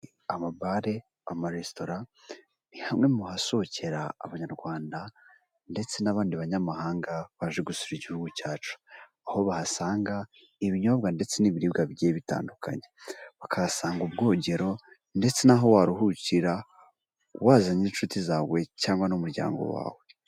Amabare, amaresitora ni hamwe mu hasohokera abanyarwanda ndetse n'abandi banyamahanga baje gusura igihugu cyacu, aho bahasanga ibinyobwa ndetse n'ibiribwa bigiye bitandukanye, ukahasanga ubwogero ndetse n'aho waruhukira wazanye n'inshuti zawe cyangwa n'umuryango wawe.